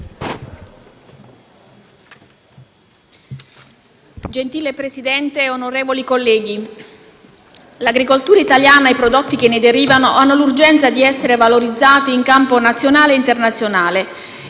l'agricoltura italiana e i prodotti che ne derivano hanno l'urgenza di essere valorizzati in campo nazionale e internazionale.